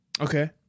Okay